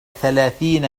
ثلاثين